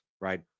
Right